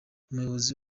umuyobozi